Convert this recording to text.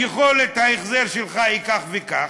יכולת ההחזר שלך היא כך וכך,